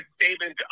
statement